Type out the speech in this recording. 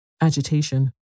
agitation